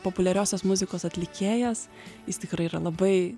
populiariosios muzikos atlikėjas jis tikrai yra labai